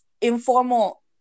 informal